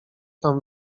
tam